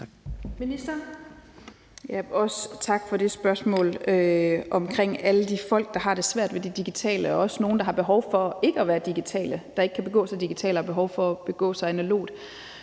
Tak for det spørgsmål om alle de folk, der har det svært med det digitale. Der er også nogle, der har behov for ikke at være digitale, fordi de ikke kan begå sig digitalt og har behov for at begå sig analogt.